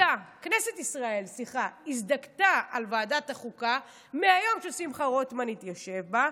כנסת ישראל הזדכתה על ועדת החוקה מהיום ששמחה רוטמן התיישב בה,